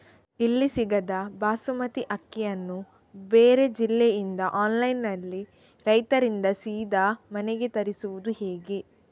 ಇಲ್ಲಿ ಸಿಗದ ಬಾಸುಮತಿ ಅಕ್ಕಿಯನ್ನು ಬೇರೆ ಜಿಲ್ಲೆ ಇಂದ ಆನ್ಲೈನ್ನಲ್ಲಿ ರೈತರಿಂದ ಸೀದಾ ಮನೆಗೆ ತರಿಸುವುದು ಹೇಗೆ?